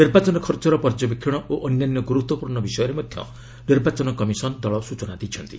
ନିର୍ବାଚନ ଖର୍ଚ୍ଚର ପର୍ଯ୍ୟବେକ୍ଷଣ ଓ ଅନ୍ୟାନ୍ୟ ଗୁରୁତ୍ୱପୂର୍ଣ୍ଣ ବିଷୟରେ ମଧ୍ୟ ନିର୍ବାଚନ କମିଶନ୍ ଦଳ ସୂଚନା ଦେଇଥିଲେ